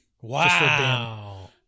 Wow